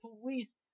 police